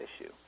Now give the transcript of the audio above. issue